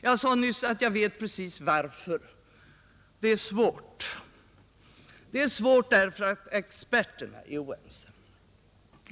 Jag sade nyss att jag vet precis varför det är svårt att lösa frågan: experterna är oense.